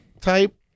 type